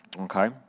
Okay